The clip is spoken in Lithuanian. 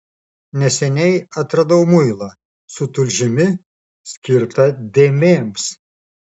neseniai atradau muilą su tulžimi skirtą dėmėms